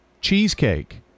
Cheesecake